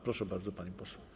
Proszę bardzo, pani poseł.